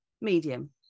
medium